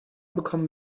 bekommen